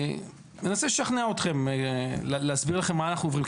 אני מנסה לשכנע אתכם, להסביר לכם מה אנחנו עוברים.